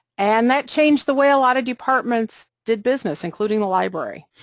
and that changed the way a lot of departments did business, including the library,